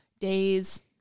days